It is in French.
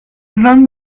vingt